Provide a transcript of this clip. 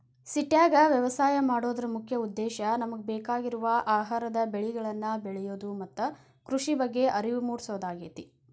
ಸಿಟ್ಯಾಗ ವ್ಯವಸಾಯ ಮಾಡೋದರ ಮುಖ್ಯ ಉದ್ದೇಶ ನಮಗ ಬೇಕಾಗಿರುವ ಆಹಾರದ ಬೆಳಿಗಳನ್ನ ಬೆಳಿಯೋದು ಮತ್ತ ಕೃಷಿ ಬಗ್ಗೆ ಅರಿವು ಮೂಡ್ಸೋದಾಗೇತಿ